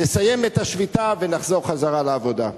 נסיים את השביתה ונחזור לעבודה.